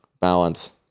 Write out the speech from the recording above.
balance